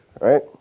right